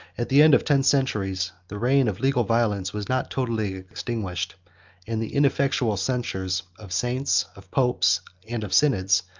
at the end of ten centuries, the reign of legal violence was not totally extinguished and the ineffectual censures of saints, of popes, and of synods,